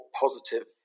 positive